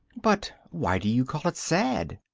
but why do you call it sad?